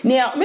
Now